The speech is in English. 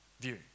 view